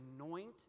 anoint